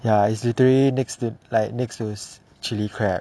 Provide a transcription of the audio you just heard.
ya it's literally next to like next to chili crab